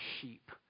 sheep